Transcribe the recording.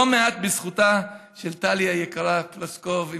לא מעט בזכותה של טלי פלוסקוב היקרה,